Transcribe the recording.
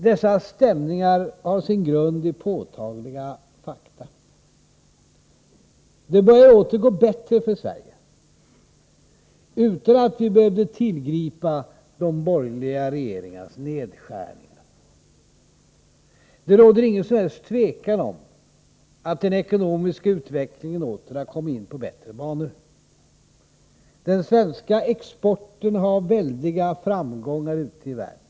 Dessa stämningar har sin grund i påtagliga fakta. Det börjar åter gå bättre för Sverige, utan att vi behövde tillgripa de borgerliga regeringarnas nedskärningar. Det råder ingen som helst tvekan om att den ekonomiska utvecklingen åter har kommit in på bättre banor. Den svenska exporten har väldiga framgångar ute i världen.